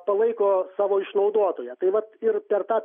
palaiko savo išnaudotoją tai vat ir per tą